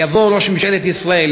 יבוא ראש ממשלת ישראל,